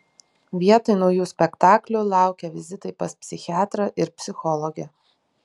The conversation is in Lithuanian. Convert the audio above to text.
vietoj naujų spektaklių laukė vizitai pas psichiatrą ir psichologę